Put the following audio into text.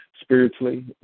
spiritually